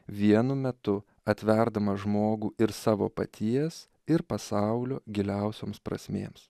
vienu metu atverdamas žmogų ir savo paties ir pasaulio giliausioms prasmėms